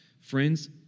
Friends